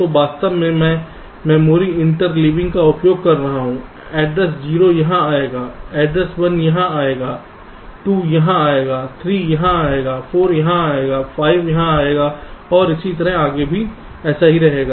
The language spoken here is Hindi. तो वास्तव में मैं मेमोरी इंटरलेविंग का उपयोग कर रहा हूं एड्रेस 0 यहां होगा एड्रेस 1 यहां होगा 2 यहां होगा 3 यहां होगा 4 यहां होगा और 5 यहां और आगे भी इसी तरह होगा